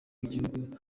igihugu